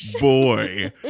boy